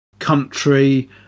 country